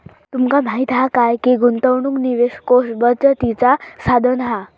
तुमका माहीत हा काय की गुंतवणूक निवेश कोष बचतीचा साधन हा